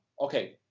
Okay